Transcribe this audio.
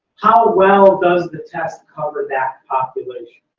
how well does the test cover that population?